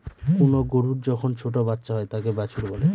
কোনো গরুর যখন ছোটো বাচ্চা হয় তাকে বাছুর বলে